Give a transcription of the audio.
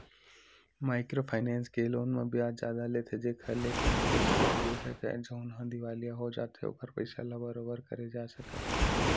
micro finance के loan म बियाज जादा लेथे जेखर ले कोनो पइसा नइ दे सकय जउनहा दिवालिया हो जाथे ओखर पइसा ल बरोबर करे जा सकय